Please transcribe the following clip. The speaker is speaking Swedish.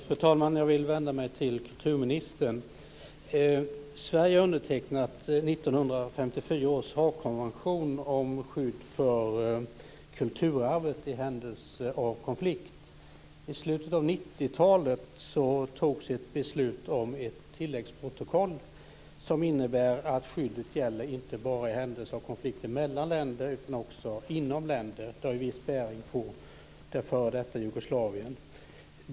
Fru talman! Jag vill vända mig till kulturministern. Sverige har undertecknat 1954 års Haagkonvention om skydd för kulturarvet i händelse av konflikt. I slutet av 90-talet togs ett beslut om ett tilläggsprotokoll som innebär att skyddet gäller inte bara i händelse av konflikt mellan länder utan också inom länder. Det har ju viss bäring på f.d. Jugoslavien.